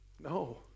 No